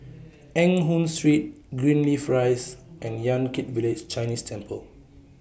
Eng Hoon Street Greenleaf Rise and Yan Kit Village Chinese Temple